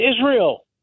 Israel